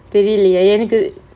தெரியில்லையே எனக்கு:theriyillaiyae enakku